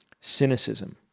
cynicism